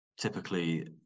Typically